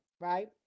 right